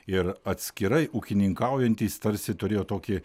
ir atskirai ūkininkaujantys tarsi turėjo tokį